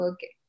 Okay